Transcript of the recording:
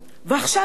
ועכשיו יש בור.